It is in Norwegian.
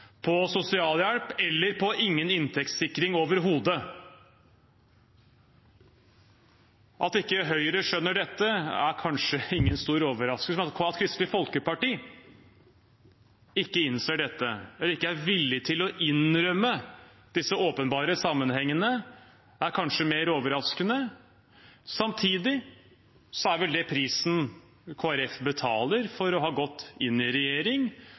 på sosialhjelp eller ingen inntektssikring overhodet. At ikke Høyre skjønner dette, er kanskje ingen stor overraskelse, men at Kristelig Folkeparti ikke innser det eller er villig til å innrømme disse åpenbare sammenhengene, er kanskje mer overraskende. Samtidig er vel det prisen Kristelig Folkeparti betaler for å ha gått inn i regjering,